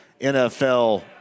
NFL